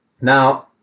now